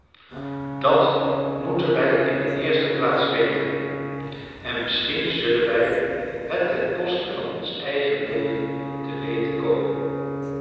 dat moeten wij in de eerste plaats weten en misschien zullen wij het ten koste van ons eigen leven te weten komen